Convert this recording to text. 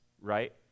Right